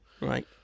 Right